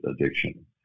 addiction